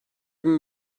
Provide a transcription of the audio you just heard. bin